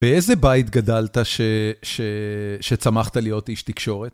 באיזה בית גדלת שצמחת להיות איש תקשורת?